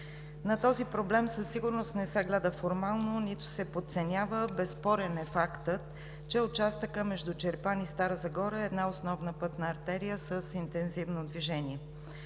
На този проблем със сигурност не се гледа формално, нито се подценява. Безспорен е фактът, че участъкът между Чирпан и Стара Загора е една основна пътна артерия с интензивно движение.